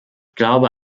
glaube